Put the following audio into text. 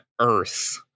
earth